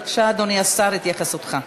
בבקשה, אדוני השר, התייחסותך.